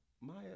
Maya